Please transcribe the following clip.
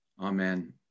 Amen